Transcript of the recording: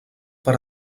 per